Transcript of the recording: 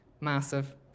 massive